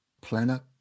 planet